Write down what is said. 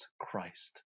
Christ